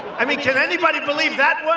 i mean can anybody believe that one?